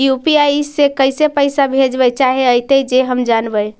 UPI से कैसे पैसा भेजबय चाहें अइतय जे हम जानबय?